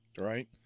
Right